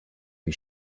wie